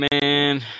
Man